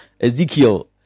Ezekiel